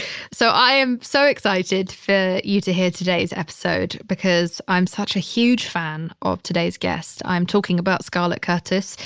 so i am so excited for you to hear today's episode because i'm such a huge fan of today's guest. i'm talking about scarlett curtis.